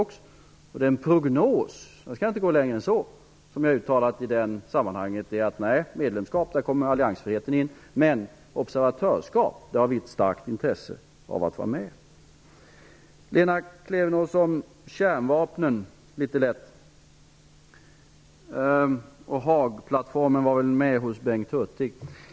Den prognos -- jag skall inte gå längre än så -- som jag har uttalat i det sammanhanget är: Nej, vid medlemskap kommer alliansfriheten in, men observatörskap har vi ett starkt intresse av. Jag skall, Lena Klevenås, litet lätt beröra kärnvapnen och Haagplattformen, som nämndes av Bengt Hurtig.